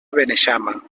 beneixama